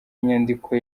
inyandiko